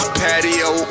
patio